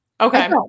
Okay